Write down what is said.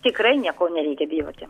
tikrai nieko nereikia bijoti